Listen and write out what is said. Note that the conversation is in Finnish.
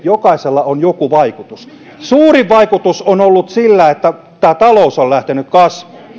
jokaisella on joku vaikutus suurin vaikutus on ollut sillä että talous on lähtenyt kasvuun